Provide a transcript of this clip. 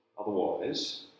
Otherwise